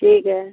ठीक है